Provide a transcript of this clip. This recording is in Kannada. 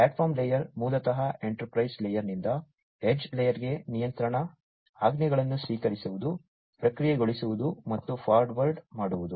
ಪ್ಲಾಟ್ಫಾರ್ಮ್ ಲೇಯರ್ ಮೂಲತಃ ಎಂಟರ್ಪ್ರೈಸ್ ಲೇಯರ್ನಿಂದ ಎಡ್ಜ್ ಲೇಯರ್ಗೆ ನಿಯಂತ್ರಣ ಆಜ್ಞೆಗಳನ್ನು ಸ್ವೀಕರಿಸುವುದು ಪ್ರಕ್ರಿಯೆಗೊಳಿಸುವುದು ಮತ್ತು ಫಾರ್ವರ್ಡ್ ಮಾಡುವುದು